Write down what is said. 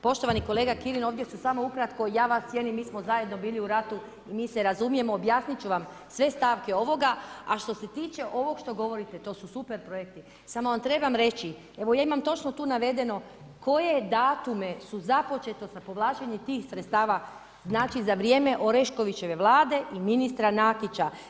Poštovani kolega Kirin, ovdje ću samo ukratko, ja Vas cijenim, mi smo zajedno bili u ratu i mi se razumijemo, objasnit ću Vam sve stavke ovoga, a što se tiče ovog što govorite, to su super projekti, samo Vam trebam reći evo ja imam točno tu navedeno koje datume su započeto sa povlačenjem tih sredstava, znači za vrijeme Oreškovićeve Vlade i ministra Nakića.